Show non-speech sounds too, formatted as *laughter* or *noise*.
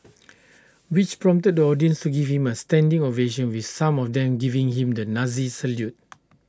*noise* which prompted the audience to give him A standing ovation with some of them giving him the Nazi salute